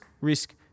risk